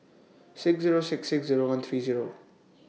six Zero six six Zero one three Zero